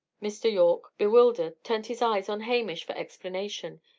mr. yorke, bewildered, turned his eyes on hamish for explanation.